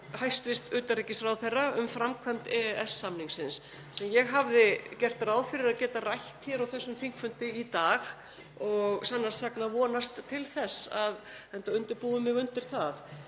hæstv. utanríkisráðherra um framkvæmd EES-samningsins sem ég hafði gert ráð fyrir að geta rætt hér á þessum þingfundi í dag og sannast sagna að vonast til þess og undirbúið mig undir það.